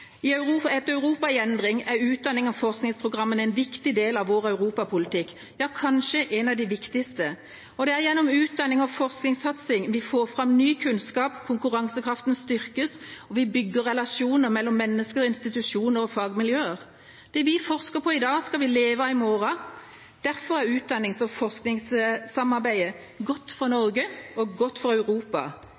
et Europa i endring er utdannings- og forskningsprogrammene en viktig del av vår Europapolitikk – ja, kanskje en av de viktigste. Det er gjennom utdannings- og forskningssatsing vi får fram ny kunnskap, konkurransekraften styrkes og vi bygger relasjoner mellom mennesker, institusjoner og fagmiljøer. Det vi forsker på i dag, skal vi leve av i morgen. Derfor er utdannings- og forskningssamarbeidet godt for Norge og godt for Europa.